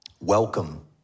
Welcome